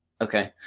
Okay